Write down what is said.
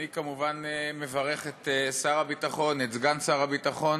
אני כמובן מברך את שר הביטחון, את סגן שר הביטחון,